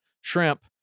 shrimp